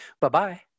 Bye-bye